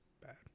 bad